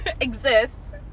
exists